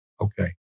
Okay